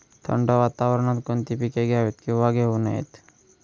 थंड वातावरणात कोणती पिके घ्यावीत? किंवा घेऊ नयेत?